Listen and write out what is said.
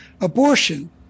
Abortion